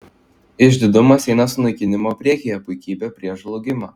išdidumas eina sunaikinimo priekyje puikybė prieš žlugimą